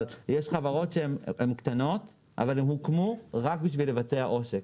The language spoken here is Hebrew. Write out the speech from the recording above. אבל יש חברות שהן קטנות אבל הן הוקמו רק בשביל לבצע עושק,